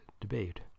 debate